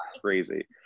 crazy